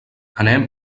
anem